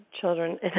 children